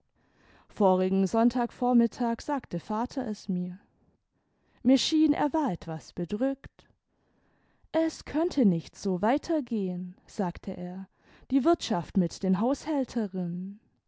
vorigen sonntag vormittag sagte vater es mir mir schien er war etwas bedrückt es könnte nicht so weitergehen sagte er die wirtschaft mit den haushälterinnen